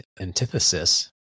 antithesis